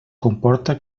comporta